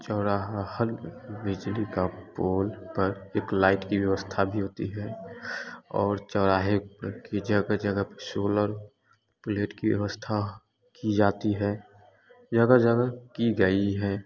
चौराहा हर बिजली का पोल पर एक लाइट की व्यवस्था भी होती है और चौराहे की जगह जगह पर सोलर प्लेट की व्यवस्था की जाती है ज्यादा से ज्यादा की गई है